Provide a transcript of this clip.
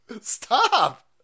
stop